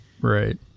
right